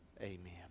Amen